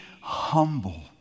humble